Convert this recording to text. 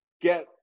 get